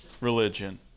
religion